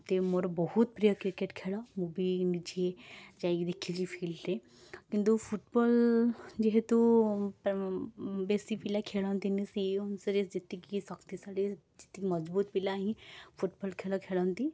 ମୋତେ ମୋର ବହୁତ ପ୍ରିୟ କ୍ରିକେଟ୍ ଖେଳ ମୁଁ ବି ନିଜେ ଯାଇକି ଦେଖିଚି ଫିଲ୍ଡ଼ରେ କିନ୍ତୁ ଫୁଟବଲ୍ ଯେହେତୁ ବେଶୀ ପିଲା ଖେଲନ୍ତିନି ସେଇ ଅନୁସାରେ ଯେତିକି ଶକ୍ତିଶାଳୀ ଯେତିକି ମଜଭୁତ ପିଲା ହିଁ ଫୁଟବଲ୍ ଖେଳ ଖେଳନ୍ତି